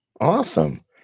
Awesome